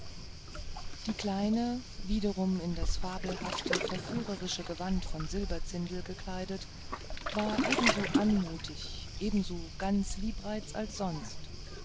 die kleine wiederum in das fabelhafte verführerische gewand von silberzindel gekleidet war ebenso anmutig ebenso ganz liebreiz als sonst